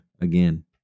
again